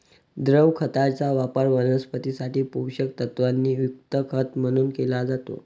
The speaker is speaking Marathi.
द्रव खताचा वापर वनस्पतीं साठी पोषक तत्वांनी युक्त खत म्हणून केला जातो